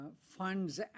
funds